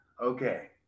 Okay